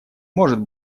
может